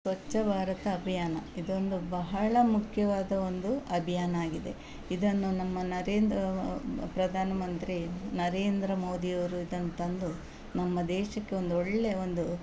ಸ್ವಚ್ಛ ಭಾರತ ಅಭಿಯಾನ ಇದೊಂದು ಬಹಳ ಮುಖ್ಯವಾದ ಒಂದು ಅಭಿಯಾನ ಆಗಿದೆ ಇದನ್ನು ನಮ್ಮ ನರೇಂದ್ರ ಪ್ರಧಾನಮಂತ್ರಿ ನರೇಂದ್ರ ಮೋದಿಯವರು ಇದನ್ನು ತಂದು ನಮ್ಮ ದೇಶಕ್ಕೆ ಒಂದು ಒಳ್ಳೆಯ ಒಂದು